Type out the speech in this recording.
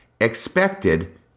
Expected